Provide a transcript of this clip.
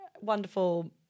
Wonderful